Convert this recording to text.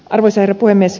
arvoisa herra puhemies